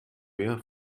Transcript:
mehr